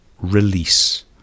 release